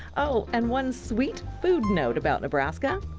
oh. and one sweet food note about nebraska.